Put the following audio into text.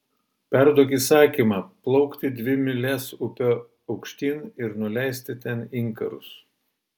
perduok įsakymą plaukti dvi mylias upe aukštyn ir nuleisti ten inkarus